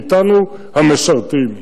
מאתנו המשרתים,